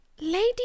Lady